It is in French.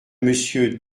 monsieur